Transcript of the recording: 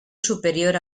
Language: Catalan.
superior